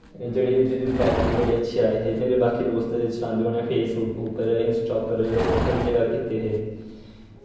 जेह्ड़े जेह्दे पर लाइक वी बड़े अच्छे आए हे मेरे बाकी दोस्त चलांदे उनैं फेसबुक उप्पर इंस्टा उप्पर हर जगह् कीते हे